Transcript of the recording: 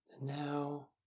Now